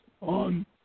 on